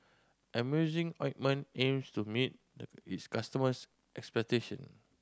Emulsying Ointment aims to meet its customers' expectation